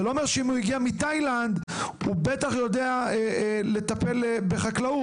זה שהוא הגיע מתאילנד לא אומר שהוא בטח יודע לטפל בחקלאות.